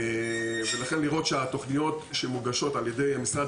ולכן צריך לראות שהתכניות שמוגשות למשרד על-ידי המשרד